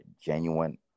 genuine